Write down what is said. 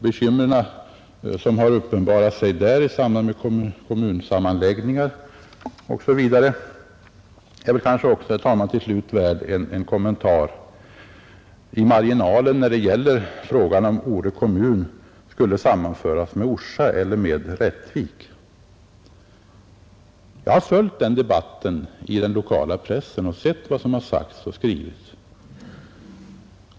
Frågan om Ore kommun i samband med kommunsammanläggning skulle sammanföras med Orsa eller med Rättvik kan också förtjäna en kommentar i marginalen. Jag har följt denna debatt i den lokala pressen och tagit del av vad som sagts och skrivits.